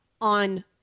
on